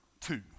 two